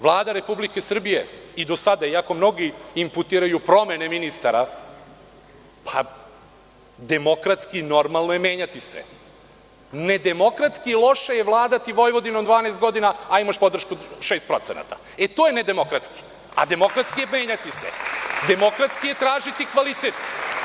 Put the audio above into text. Vlada Republike Srbije i do sada, iako mnogi imputiraju promene ministara, demokratski i normalno je menjati se, nedemokratski loše je vladati Vojvodinom 12 godina, a imaš podršku 6%, e, to je nedemokratski, a demokratski je menjati se, demokratski je tražiti kvalitet.